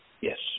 Yes